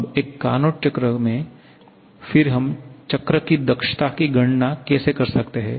अब एक कार्नोट चक्र में फिर हम चक्र की दक्षता की गणना कैसे कर सकते हैं